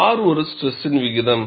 R ஒரு ஸ்ட்ரெஸின் விகிதம்